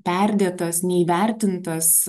perdėtas neįvertintas